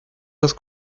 less